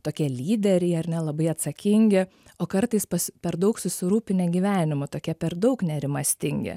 tokie lyderiai ar ne labai atsakingi o kartais per daug susirūpinę gyvenimu tokie per daug nerimastingi